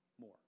more